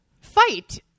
fight